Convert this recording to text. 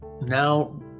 now